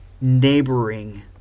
neighboring